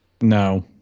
No